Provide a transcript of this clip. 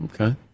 Okay